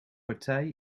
partij